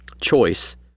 Choice